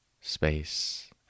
space